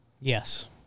Yes